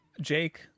Jake